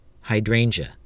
Hydrangea